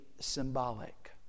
symbolic